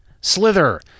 Slither